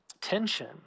tension